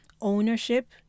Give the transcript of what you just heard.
ownership